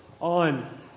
on